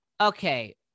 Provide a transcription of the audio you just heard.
Okay